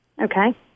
Okay